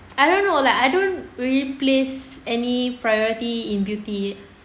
I don't know like I don't really place any priority in beauty